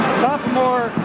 sophomore